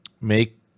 make